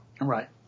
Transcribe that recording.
Right